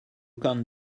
can’t